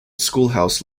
schoolhouse